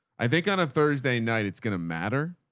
i think on a thursday night, it's going to matter.